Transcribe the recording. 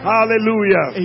Hallelujah